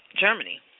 Germany